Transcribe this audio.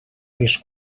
dels